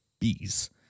bees